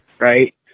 right